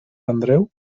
andreu